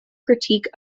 critique